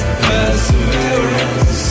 perseverance